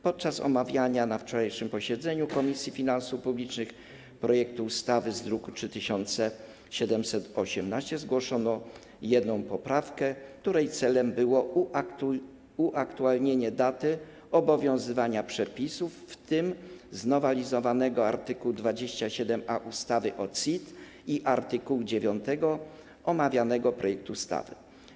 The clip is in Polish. Podczas omawiania na wczorajszym posiedzeniu Komisji Finansów Publicznych projektu ustawy z druku nr 3718 zgłoszono jedną poprawkę, której celem było uaktualnienie daty obowiązywania przepisów, w tym znowelizowanego art. 27a ustawy o CIT i art. 9 omawianego projektu ustawy.